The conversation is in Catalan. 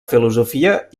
filosofia